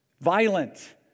violent